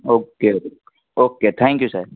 okay okay thank you sir